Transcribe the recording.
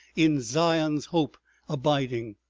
in zion's hope abiding.